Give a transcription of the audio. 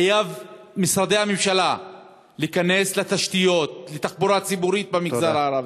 חייבים משרדי הממשלה להיכנס לתשתיות ולתחבורה ציבורית במגזר הערבי.